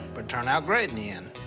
but turn out great in the end,